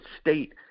State